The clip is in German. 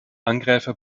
angreifer